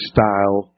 Style